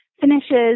finishes